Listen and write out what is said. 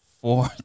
four